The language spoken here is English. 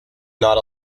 not